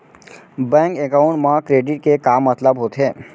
Bank account मा credit के का मतलब होथे?